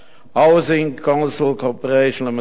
"Housing Council Corporation Ltd",